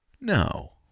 No